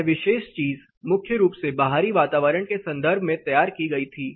यह विशेष चीज मुख्य रूप से बाहरी वातावरण के संदर्भ में तैयार की गई थी